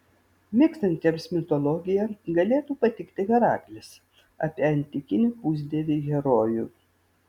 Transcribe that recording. mėgstantiems mitologiją galėtų patikti heraklis apie antikinį pusdievį herojų